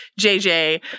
JJ